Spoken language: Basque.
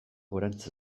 gorantz